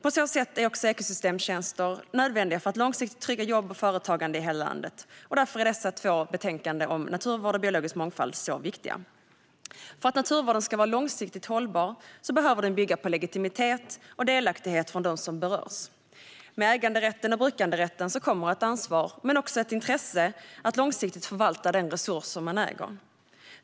På så sätt är också ekosystemtjänster nödvändiga för att långsiktigt trygga jobb och företagande i hela landet. Därför är dessa två betänkanden om naturvård och biologisk mångfald så viktiga. För att naturvården ska vara långsiktigt hållbar behöver den bygga på legitimitet och delaktighet hos dem som berörs. Med äganderätten och brukanderätten kommer ett ansvar men också ett intresse av att långsiktigt förvalta den resurs som man äger.